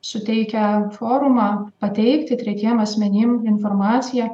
suteikia forumą pateikti tretiem asmenim informaciją